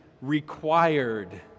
required